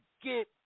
get